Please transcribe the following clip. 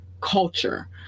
culture